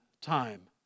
time